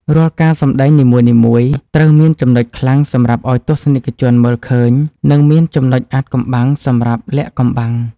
រាល់ការសម្តែងនីមួយៗត្រូវមានចំណុចខ្លាំងសម្រាប់ឱ្យទស្សនិកជនមើលឃើញ និង មានចំណុចអាថ៌កំបាំងសម្រាប់លាក់បាំង។